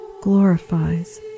glorifies